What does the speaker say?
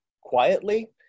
quietly